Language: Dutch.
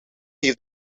heeft